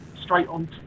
straight-on